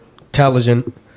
intelligent